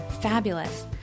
fabulous